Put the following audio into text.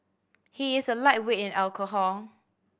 he is a lightweight in alcohol